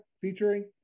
featuring